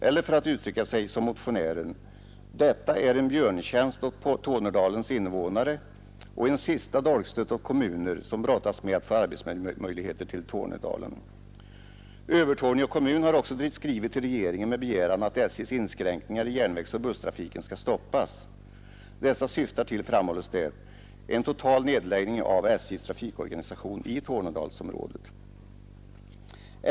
Eller för att uttrycka sig som motionären: ”Detta är en björntjänst åt Tornedalens innevånare och en sista dolkstöt åt kommuner, som brottas med att få arbetsmöjligheter till Tornedalen.” Övertorneå kommun har också skrivit till regeringen med begäran att SJ:s inskränkningar i järnvägsoch busstrafiken skall stoppas. Dessa syftar till, framhålles det, en total nedläggning av SJ:s trafikorganisation i Tornedalsområdet.